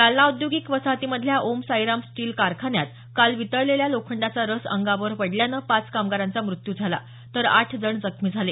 जालना औद्योगिक वसाहतीमधल्या ओम साईराम स्टील कारखान्यात काल वितळलेल्या लोखंडाचा रस अंगावर पडल्यानं पाच कामगारांचा मृत्यू झाला तर आठ जण जखमी झाले